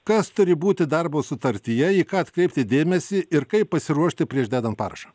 kas turi būti darbo sutartyje į ką atkreipti dėmesį ir kaip pasiruošti prieš dedant parašą